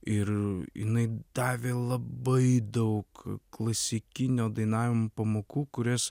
ir jinai davė labai daug klasikinio dainavimo pamokų kurias